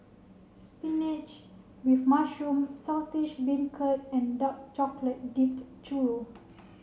Spinach with Mushroom Saltish Beancurd and Dark Chocolate Dipped Churro